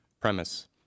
Premise